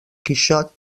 quixot